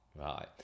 Right